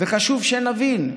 וחשוב שנבין,